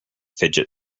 fidget